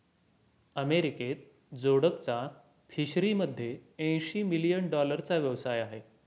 अमेरिकेत जोडकचा फिशरीमध्ये ऐंशी मिलियन डॉलरचा व्यवसाय आहे